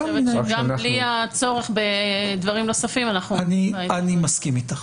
אני חושבת שגם בלי הצורך בדברים נוספים אנחנו --- אני מסכים איתך,